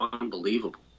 unbelievable